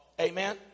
Amen